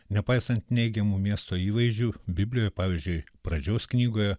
nepaisant neigiamų miesto įvaizdžių biblijoj pavyzdžiui pradžios knygoje